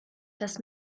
das